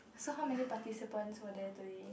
so how many participants were there today